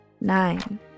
Nine